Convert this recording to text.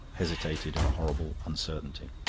hesitated in a horrible uncertainty.